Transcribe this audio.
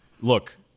look